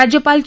राज्यपाल चे